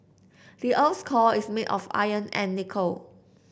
the earth's core is made of iron and nickel